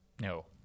no